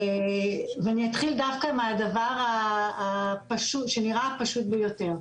אתחיל דווקא מהדבר שנראה הפשוט ביותר: